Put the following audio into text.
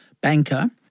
banker